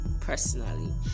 personally